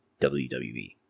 WWE